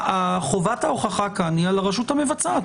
חובת ההוכחה כאן היא על הרשות המבצעת.